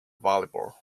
volleyball